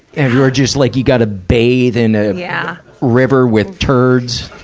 and you're just like, you gotta bathe in a yeah river with turds,